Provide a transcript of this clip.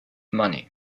money